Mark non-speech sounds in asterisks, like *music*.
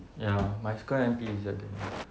ya must go and be that *noise*